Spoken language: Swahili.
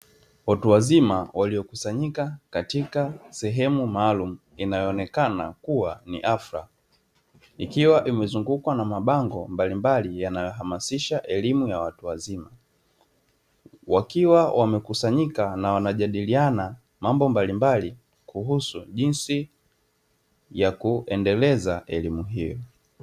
Watu wazima waliokusanyika katika sehemu maalumu inayoonekana kuwa ni hafla, ikiwa imezungukwa na mabango mbalimbali yanayohamasisha elimu ya watu wazima, wakiwa wamekusanyika na wanajadiliana mambo mbalimbali kuhusu jinsi ya kuendeleza elimu hiyo.